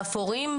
האפורים,